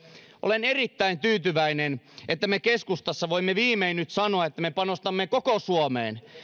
olen erittäin tyytyväinen siitä että me keskustassa voimme nyt viimein sanoa että me panostamme koko suomeen